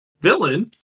villain